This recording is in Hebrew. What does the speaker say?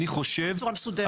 בצורה מסודרת.